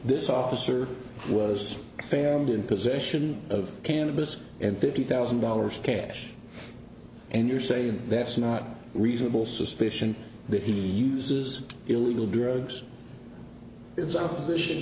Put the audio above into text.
this officer was failed in possession of cannabis and fifty thousand dollars cash and you're saying that's not reasonable suspicion that he uses illegal drugs it's opposition